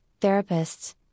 therapists